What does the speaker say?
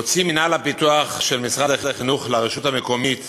הוציא מנהל מינהל הפיתוח של משרד החינוך לרשות המקומית